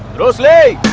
bruce lee,